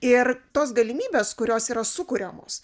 ir tos galimybės kurios yra sukuriamos